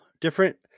different